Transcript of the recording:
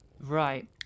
Right